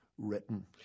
written